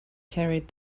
carried